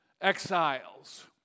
Exiles